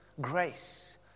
Grace